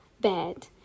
bad